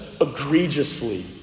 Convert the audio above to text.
egregiously